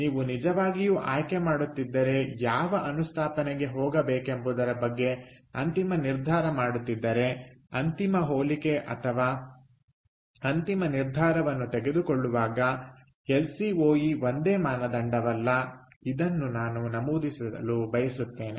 ನೀವು ನಿಜವಾಗಿಯೂ ಆಯ್ಕೆ ಮಾಡುತ್ತಿದ್ದರೆ ಯಾವ ಅನುಸ್ಥಾಪನೆಗೆ ಹೋಗಬೇಕೆಂಬುದರ ಬಗ್ಗೆ ಅಂತಿಮ ನಿರ್ಧಾರ ಮಾಡುತ್ತಿದ್ದರೆ ಅಂತಿಮ ಹೋಲಿಕೆ ಅಥವಾ ಅಂತಿಮ ನಿರ್ಧಾರವನ್ನು ತೆಗೆದುಕೊಳ್ಳುವಾಗ ಎಲ್ ಸಿ ಓ ಇ ಒಂದೇ ಮಾನದಂಡವಲ್ಲ ಇದನ್ನು ನಾನು ನಮೂದಿಸಲು ಬಯಸುತ್ತೇನೆ